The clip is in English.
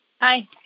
Hi